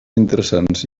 interessants